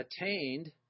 attained